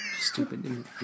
stupid